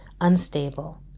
unstable